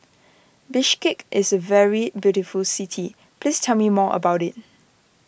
Bishkek is a very beautiful city please tell me more about it